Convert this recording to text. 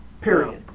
period